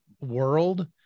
world